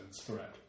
threat